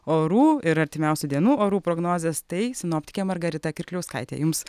orų ir artimiausių dienų orų prognozės tai sinoptikė margarita kirkliauskaitė jums